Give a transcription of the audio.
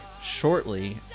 shortly